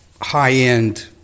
high-end